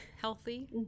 healthy